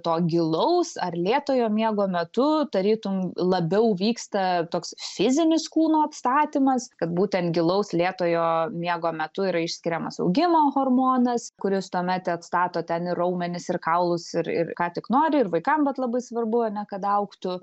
to gilaus ar lėtojo miego metu tarytum labiau vyksta toks fizinis kūno atstatymas kad būtent gilaus lėtojo miego metu yra išskiriamas augimo hormonas kuris tuomet atstato ten raumenis ir kaulus ir ir ką tik nori ir vaikam bet labai svarbu ane kad augtų